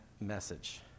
message